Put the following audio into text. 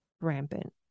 rampant